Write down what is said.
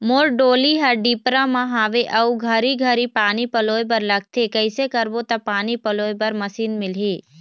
मोर डोली हर डिपरा म हावे अऊ घरी घरी पानी पलोए बर लगथे कैसे करबो त पानी पलोए बर मशीन मिलही?